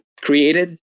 created